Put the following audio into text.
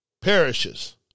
perishes